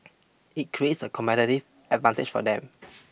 it creates a competitive advantage for them